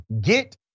get